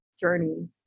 journey